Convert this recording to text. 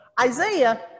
Isaiah